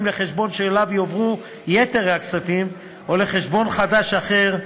לחשבון שאליו יועברו יתר הכספים או לחשבון חדש אחר,